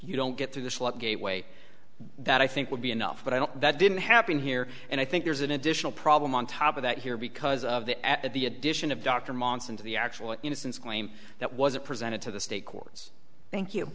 you don't get to the slug a way that i think would be enough but i don't that didn't happen here and i think there's an additional problem on top of that here because of the at the addition of dr monson to the actual innocence claim that was presented to the state courts thank you